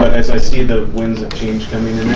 as i see the winds of change coming